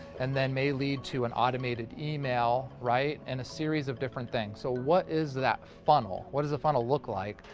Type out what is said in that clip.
and then may lead to an automated email, right, and a series of different things. so what is that funnel? what does the funnel look like?